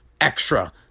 extra